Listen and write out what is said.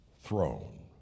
throne